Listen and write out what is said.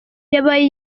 yabaye